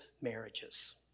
marriages